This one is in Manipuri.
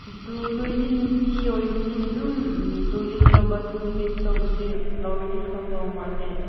ꯑꯗꯨ ꯅꯣꯏꯗꯤ ꯅꯨꯄꯤ ꯑꯣꯏꯕꯅꯤꯅ ꯑꯗꯨꯝ ꯇꯣꯏꯂꯦꯠꯀ ꯕꯥꯠꯔꯨꯝ ꯑꯦꯇꯦꯁ ꯇꯧꯕꯁꯦ ꯂꯧꯔꯗꯤ ꯐꯒꯗꯧꯕ ꯃꯥꯜꯂꯦ